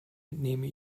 entnehme